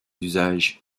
usages